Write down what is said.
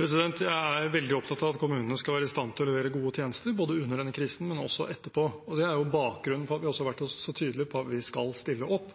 Jeg er veldig opptatt av at kommunene skal være i stand til å levere gode tjenester både under denne krisen og etterpå. Det er bakgrunnen for at vi også har vært så tydelige på at vi skal stille opp